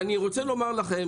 ואני רוצה לומר לכם,